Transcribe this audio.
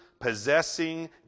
possessing